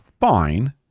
fine